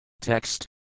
Text